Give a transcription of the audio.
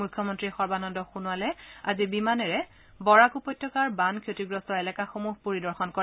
মুখ্যমন্ত্ৰী সৰ্বানন্দ সোণোৱালে আজি বিমানেৰে বৰাক উপত্যকাৰ বান ক্ষতিগ্ৰস্ত এলেকাসমূহ পৰিদৰ্শন কৰে